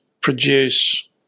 produce